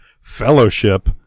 fellowship